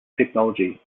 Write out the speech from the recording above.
technology